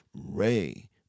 Ray